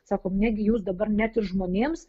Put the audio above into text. sakom negi jūs dabar net ir žmonėms